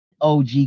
OG